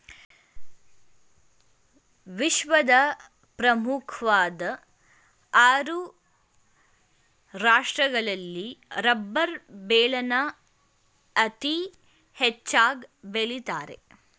ವಿಶ್ವದ ಪ್ರಮುಖ್ವಾಧ್ ಆರು ರಾಷ್ಟ್ರಗಳಲ್ಲಿ ರಬ್ಬರ್ ಬೆಳೆನ ಅತೀ ಹೆಚ್ಚಾಗ್ ಬೆಳಿತಾರೆ